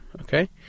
okay